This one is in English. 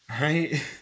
Right